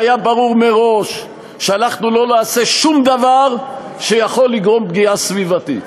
והיה ברור מראש שאנחנו לא נעשה שום דבר שיכול לגרום פגיעה סביבתית,